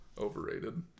Overrated